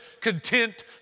content